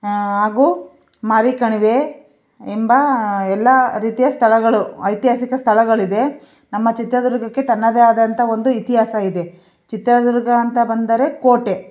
ಹಾಗೂ ಮಾರಿ ಕಣಿವೆ ಎಂಬ ಎಲ್ಲ ರೀತಿಯ ಸ್ಥಳಗಳು ಐತಿಹಾಸಿಕ ಸ್ಥಳಗಳಿದೆ ನಮ್ಮ ಚಿತ್ರದುರ್ಗಕ್ಕೆ ತನ್ನದೇ ಆದಂಥ ಒಂದು ಇತಿಹಾಸ ಇದೆ ಚಿತ್ರದುರ್ಗ ಅಂತ ಬಂದರೆ ಕೋಟೆ